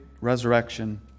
resurrection